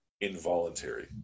involuntary